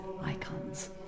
icons